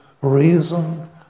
reason